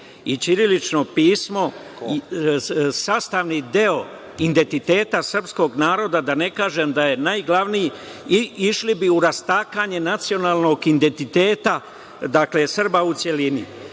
i ćirilično pismo sastavni deo identiteta srpskog naroda, da ne kažem da je najglavniji, i išli bi u rastakanje nacionalnog identiteta, dakle Srba u